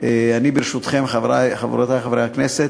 אני ברשותכם, חברי חברי הכנסת,